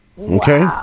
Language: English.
Okay